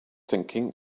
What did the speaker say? thinking